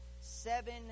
seven